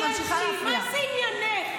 רגע, רגע, השרה.